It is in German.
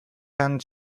herrn